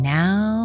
now